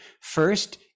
First